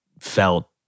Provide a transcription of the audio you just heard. felt